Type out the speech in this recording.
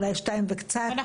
אולי קצת אחרי זה,